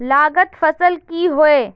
लागत फसल की होय?